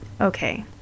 Okay